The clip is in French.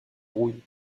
rouille